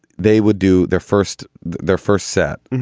they would do their first their first set.